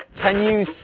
can you